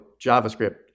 JavaScript